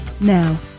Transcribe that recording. Now